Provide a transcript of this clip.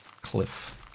cliff